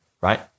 right